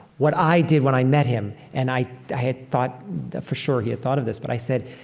what i did when i met him and i had thought for sure he had thought of this, but i said,